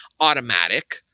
automatic